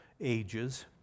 ages